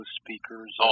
speakers